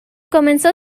comenzó